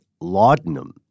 laudanum